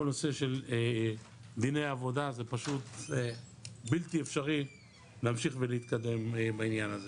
כל נושא של דיני עבודה זה פשוט בלתי אפשרי להמשיך ולהתקדם בעניין הזה.